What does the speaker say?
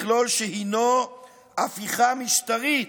מכלול שהוא הפיכה משטרית: